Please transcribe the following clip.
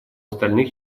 остальных